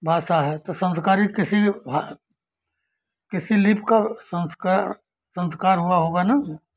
भासा है तो संस्कारिक किसी भा किसी लीप का संस्कार संस्कार हुआ होगा न